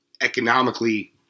economically